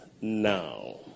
now